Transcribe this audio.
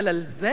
אבל על זה?